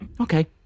okay